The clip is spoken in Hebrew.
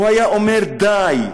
היה אומר: די,